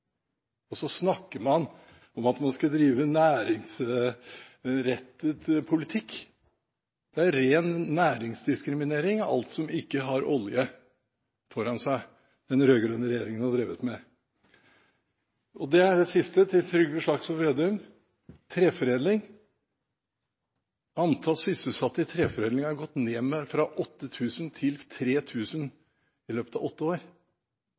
og så snakker man om at man skal drive næringsrettet politikk. Det er ren næringsdiskriminering overfor alt som ikke har olje foran seg, den rød-grønne regjeringen har drevet med. Og sist, til Trygve Slagsvold Vedum, treforedling: Antall sysselsatte i treforedling har gått ned fra 8 000 til 3 000 i løpet av åtte år.